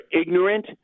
ignorant